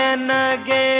again